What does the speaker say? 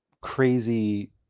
crazy